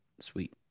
Sweet